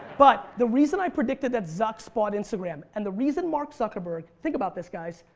but the reason i predicted that zucks bought instagram and the reason mark zuckerberg, think about this guys,